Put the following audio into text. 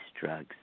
drugs